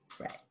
right